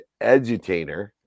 edutainer